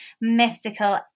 mystical